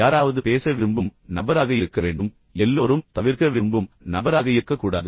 யாராவது பேச விரும்பும் நபராக இருக்க வேண்டும் எல்லோரும் தவிர்க்க விரும்பும் நபராக இருக்கக்கூடாது